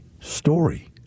story